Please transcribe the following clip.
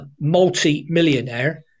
multi-millionaire